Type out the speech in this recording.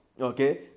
Okay